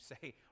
say